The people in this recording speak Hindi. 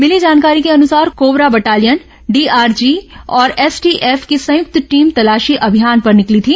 मिली जानकारी के अनुसार कोबरा बटालियन डीआरजी और एसटीएफ की संयुक्त टीम तलाशी अभियान पर निकली थी